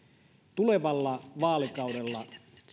tulevalla vaalikaudella